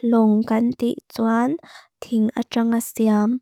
Loong kan ti i tsuan ting a tsanga siam.